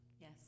Yes